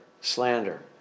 slander